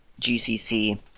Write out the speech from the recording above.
GCC